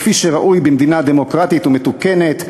כפי שראוי במדינה דמוקרטית ומתוקנת.